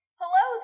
hello